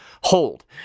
hold